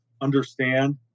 understand